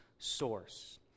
source